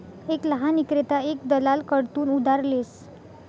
एक लहान ईक्रेता एक दलाल कडथून उधार लेस